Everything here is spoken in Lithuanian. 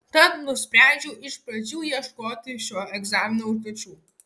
tad nusprendžiau iš pradžių ieškoti šio egzamino užduočių